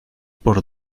por